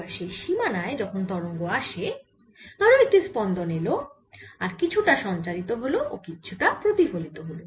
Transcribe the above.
এবার সেই সীমানায় যখন তরঙ্গ আসে ধরো একটি স্পন্দন এলো আর কিছুটা সঞ্চারিত হল ও কিছুটা প্রতিফলিত হল